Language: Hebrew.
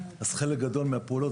חלק גדול מהפעולות,